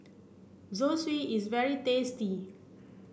Zosui is very tasty